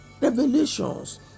Revelations